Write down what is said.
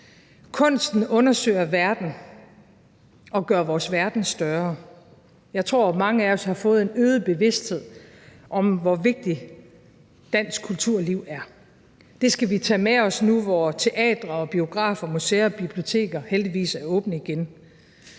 Kunsten undersøger verden og gør vores verden større. Jeg tror, mange af os har fået en øget bevidsthed om, hvor vigtig dansk kulturliv er. Det skal vi tage med os nu, hvor teatre, biografer, museer og biblioteker heldigvis er åbne igen.